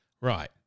Right